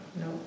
No